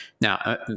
Now